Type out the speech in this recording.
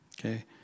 Okay